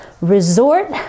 resort